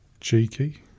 cheeky